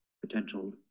potential